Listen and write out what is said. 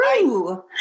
true